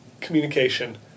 communication